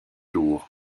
lourd